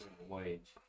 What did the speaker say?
wage